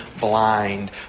blind